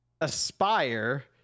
Aspire